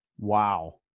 Wow